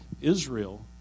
Israel